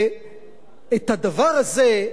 הדבר הזה,